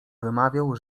wymawiał